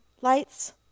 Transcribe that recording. lights